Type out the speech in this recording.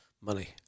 money